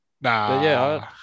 Nah